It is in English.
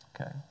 Okay